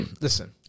Listen